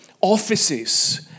offices